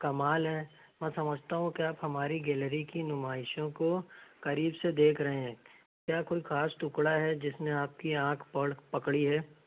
کمال ہے میں سمجھتا ہوں کہ آپ ہماری گیلری کی نمائشوں کو قریب سے دیکھ رہے ہیں یا کوئی خاص ٹکڑا ہے جس نے آپ کی آنکھ پر پکڑی ہے